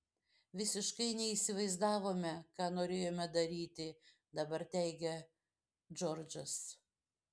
visiškai neįsivaizdavome ką norėjome daryti dabar teigia džordžas